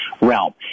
realm